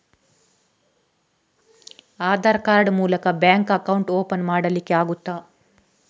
Aadhaar card ಮೂಲಕ bank account open ಮಾಡಲಿಕ್ಕೆ ಆಗುತಾ?